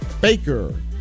Baker